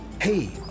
hey